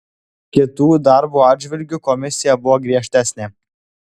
kitų darbų atžvilgiu komisija buvo griežtesnė